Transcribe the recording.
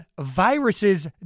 viruses